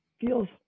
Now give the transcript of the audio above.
feels